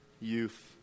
youth